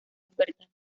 ofertas